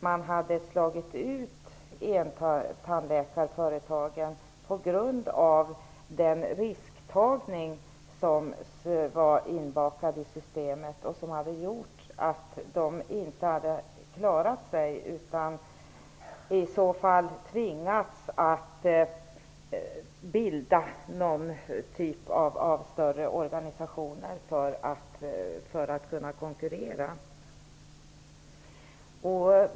Man hade slagit ut entandläkarföretagen på grund av den risktagning som systemet innebar. Det gjorde att de inte skulle ha klarat sig utan att i så fall tvingas att bilda någon typ av större organisationer för att kunna konkurrera.